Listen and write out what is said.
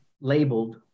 labeled